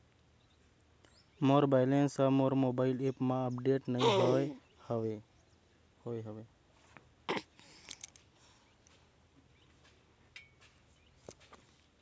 मोर balance हा मोर mobile app मा अपडेट नहीं होय हवे